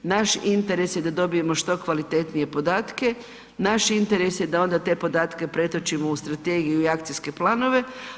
Naš interes je da dobijemo što kvalitetnije podatke, naš interes je da onda te podatke pretočimo u strategiju i akcijske planove.